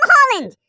Holland